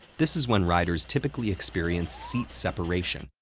this is when riders typically experience seat separation,